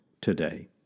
today